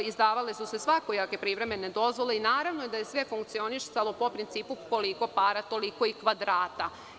Izdavale su se svakojake privremene dozvole i naravno da je sve funkcionisalo pro principu „koliko para, toliko i kvadrata“